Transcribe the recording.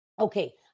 Okay